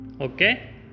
Okay